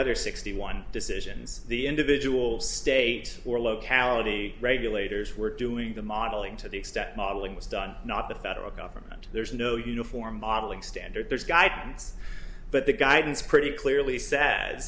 other sixty one decisions the individual states or locality regulators were doing the modeling to the extent modeling was done not the federal government there's no uniform modeling standard there's guidance but the guidance pretty clearly sad